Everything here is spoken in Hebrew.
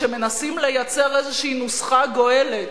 כשמנסים לייצר איזושהי נוסחה גואלת.